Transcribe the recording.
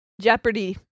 Jeopardy